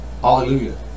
Hallelujah